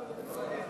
מתנגדים